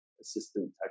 assistant